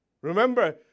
Remember